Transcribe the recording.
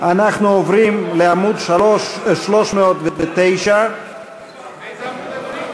אנחנו עוברים לעמוד 309. איזה עמוד, אדוני?